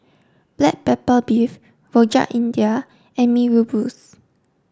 Black Pepper Beef Rojak India and Mee Rebus